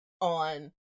on